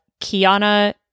Kiana